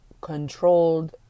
controlled